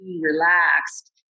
relaxed